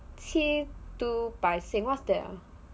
欺负百姓 what's that